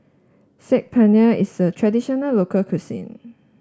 Saag Paneer is a traditional local cuisine